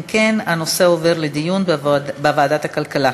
אם כן, הנושא עובר לדיון בוועדת הכלכלה.